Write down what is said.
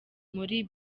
muri